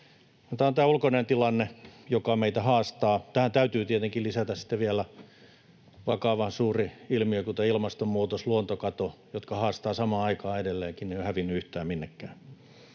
Tämä on tämä ulkoinen tilanne, joka meitä haastaa. Tähän täytyy tietenkin lisätä sitten vielä vakavan suuret ilmiöt, kuten ilmastonmuutos ja luontokato, jotka haastavat samaan aikaan edelleenkin. Ne eivät ole hävinneet yhtään minnekään.